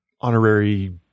honorary